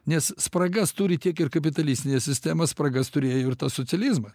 nes spragas turi tiek ir kapitalistinės sistemos spragas turėjo ir tas socializmas